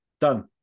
Done